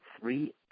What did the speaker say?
three